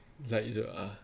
like the ah